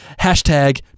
hashtag